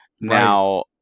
Now